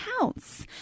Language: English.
counts